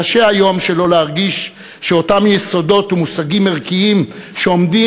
קשה היום שלא להרגיש שאותם יסודות ומושגים ערכיים שעומדים